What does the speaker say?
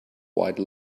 white